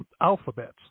alphabets